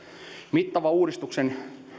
mittava uudistuksen